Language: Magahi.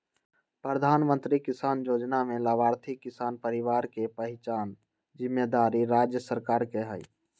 प्रधानमंत्री किसान जोजना में लाभार्थी किसान परिवार के पहिचान जिम्मेदारी राज्य सरकार के हइ